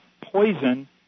poison